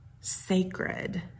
sacred